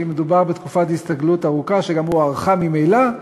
כי מדובר בתקופת הסתגלות ארוכה שגם הוארכה ממילא,